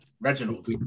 Reginald